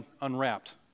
unwrapped